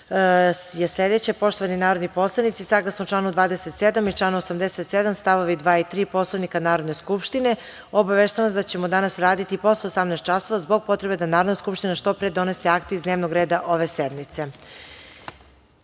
je sledeće. Poštovani narodni poslanici, saglasno članu 27. i članu 87. stavovi 2. i 3. Poslovnika Narodne skupštine, obaveštavam vas da ćemo danas raditi i posle 18.00 časova zbog potrebe da Narodna skupština što pre donese akte iz dnevnog reda ove